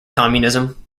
communism